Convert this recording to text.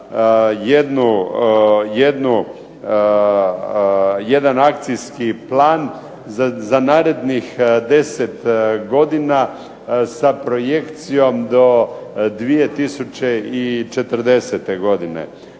jedan akcijski plan za narednih 10 godina sa projekcijom do 2040. godine.